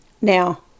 Now